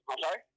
sorry